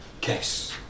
case